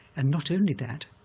and not only that,